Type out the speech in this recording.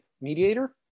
mediator